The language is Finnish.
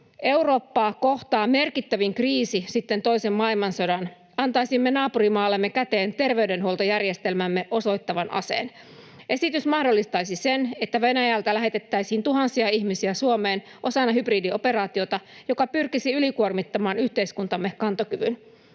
Eurooppaa kohtaa merkittävin kriisi sitten toisen maailmansodan, antaisimme naapurimaallemme käteen terveydenhuoltojärjestelmäämme osoittavan aseen. Esitys mahdollistaisi sen, että Venäjältä lähetettäisiin tuhansia ihmisiä Suomeen osana hybridioperaatiota, joka pyrkisi ylikuormittamaan yhteiskuntamme kantokyvyn.